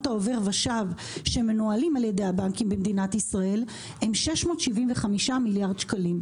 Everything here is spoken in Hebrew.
העובר ושב שמנוהלים על ידי הבנקים במדינת ישראל הם 675 מיליארד שקלים,